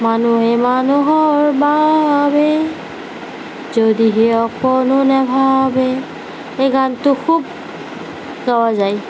মানুহে মানুহৰ বাবে যদিহে অকণো নেভাৱে সেই গানটো খুব গোৱা যায়